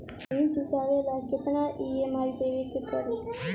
ऋण चुकावेला केतना ई.एम.आई देवेके होई?